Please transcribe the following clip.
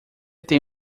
tem